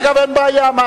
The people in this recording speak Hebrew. דרך אגב, אין בעיה.